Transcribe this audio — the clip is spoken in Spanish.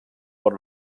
por